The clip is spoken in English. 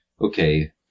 okay